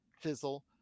fizzle